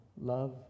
Love